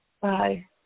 Bye